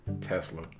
Tesla